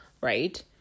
right